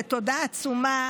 ותודה עצומה